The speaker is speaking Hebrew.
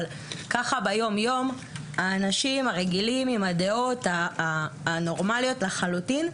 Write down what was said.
אבל ביום-יום האנשים הרגילים עם הדעות הנורמליות לחלוטין,